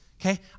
Okay